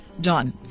John